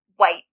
white